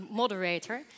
moderator